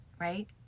right